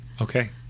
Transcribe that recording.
Okay